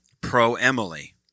pro-Emily